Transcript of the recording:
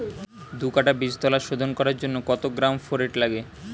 দু কাটা বীজতলা শোধন করার জন্য কত গ্রাম ফোরেট লাগে?